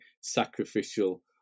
sacrificial